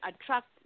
attract